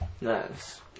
Nice